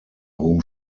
whom